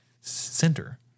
center